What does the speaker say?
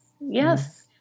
Yes